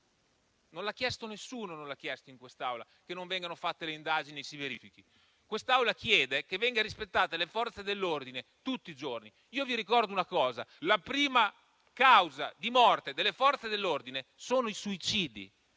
Non l'ha chiesto nessuno, in quest'Aula, che non vengano fatte le indagini e che non si verifichi. Quest'Assemblea chiede che vengano rispettate le Forze dell'ordine tutti i giorni. Vi ricordo una cosa: la prima causa di morte delle Forze dell'ordine sono i suicidi.